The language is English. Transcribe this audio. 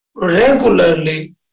Regularly